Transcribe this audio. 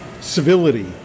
civility